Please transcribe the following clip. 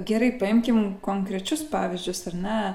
gerai paimkim konkrečius pavyzdžius ar ne